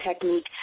technique